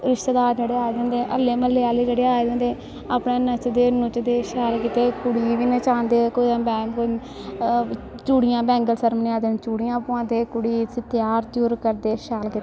रिश्तेदार जेह्ड़े आए दे होंदे हल्ले म्हल्ले आह्ले जेह्ड़े आए दे होंदे अपने नच्चदे नुच्चदे शैल कीते कुड़ी गी बी नचांदे कुतै बैंगन चूड़ियां बैंगल सैरमनी आह्ले दिन चूड़ियां पोआंदे कुड़ी गी उस्सी त्यार त्यूर करदे शैल कीते